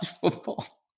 football